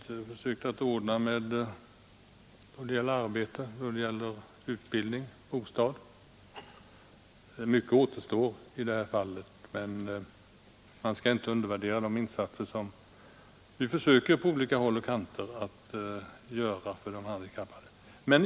Vi har försökt att ordna med arbete, utbildning och bostäder. Mycket återstår i det här fallet, men man skall inte undervärdera de insatser som vi på olika håll och kanter försöker göra.